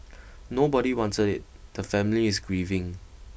nobody wanted it the family is grieving